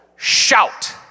Shout